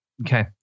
Okay